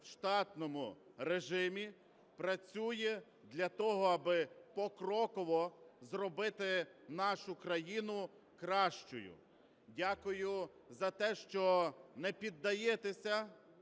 в штатному режимі, працює для того, аби покроково зробити нашу країну кращою. Дякую за те, що не піддаєтеся